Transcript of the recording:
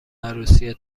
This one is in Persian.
عروسی